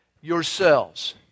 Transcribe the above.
yourselves